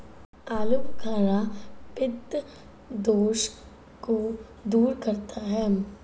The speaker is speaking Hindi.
आलूबुखारा पित्त दोष को दूर करता है